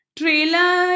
trailer